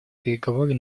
переговоры